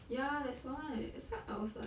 ya that's why that's why I was like